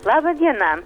laba diena